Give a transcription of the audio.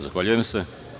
Zahvaljujem se.